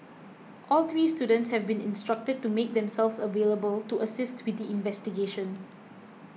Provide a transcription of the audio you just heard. all three students have been instructed to make themselves available to assist with investigation